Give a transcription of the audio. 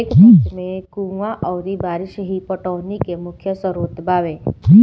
ए वक्त में कुंवा अउरी बारिस ही पटौनी के मुख्य स्रोत बावे